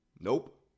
Nope